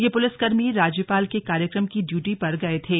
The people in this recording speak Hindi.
यह पुलिसकर्मी राज्यपाल के कार्यक्रम की ड्यूटी पर गए थे